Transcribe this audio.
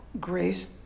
grace